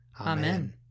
Amen